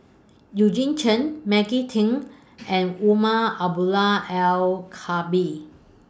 Eugene Chen Maggie Teng and Umar Abdullah Al Khatib